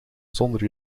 zonder